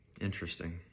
Interesting